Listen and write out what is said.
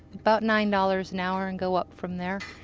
about nine dollars an hour and go up from there.